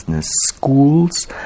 schools